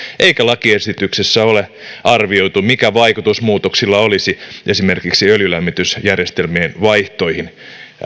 lakiesityksessä ei ole arvioitu mikä vaikutus muutoksilla olisi esimerkiksi öljylämmitysjärjestelmien vaihtoihin